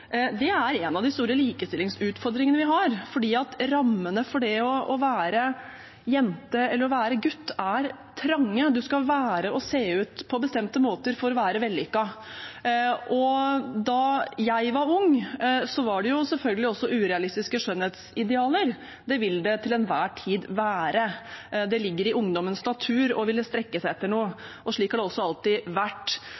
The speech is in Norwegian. for, er en av de store likestillingsutfordringene vi har, fordi rammene for det å være jente eller det å være gutt er trange. Du skal være og se ut på bestemte måter for å være vellykket. Da jeg var ung, var det selvfølgelig også urealistiske skjønnhetsidealer. Det vil det til enhver tid være. Det ligger i ungdommens natur å ville strekke seg etter